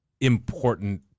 important